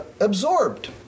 absorbed